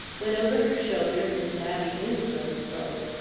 when over her shoulder mis' abby winslow spoke.